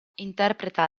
interpreta